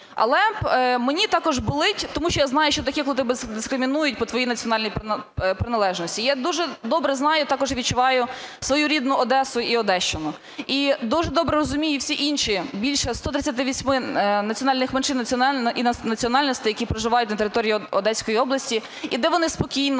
Але мені також болить, тому що я знаю, що таке, коли тебе дискримінують по твоїй національній приналежності. Я дуже добре знаю, а також і відчуваю свою рідну Одесу і Одещину. І дуже добре розумію всі інші більше 138 національних меншин і національностей, які проживають на території Одеської області, і де вони спокійно